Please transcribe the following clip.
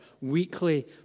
weekly